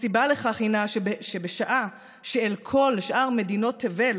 הסיבה לכך הינה שבשעה שאל כל שאר מדינות תבל